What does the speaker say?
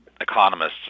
economists